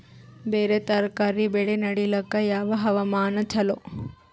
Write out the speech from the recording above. ಬೇರ ತರಕಾರಿ ಬೆಳೆ ನಡಿಲಿಕ ಯಾವ ಹವಾಮಾನ ಚಲೋ?